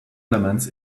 elements